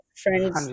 friends